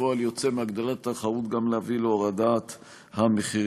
וכפועל יוצא מהגדלת התחרות גם להביא להורדת המחירים.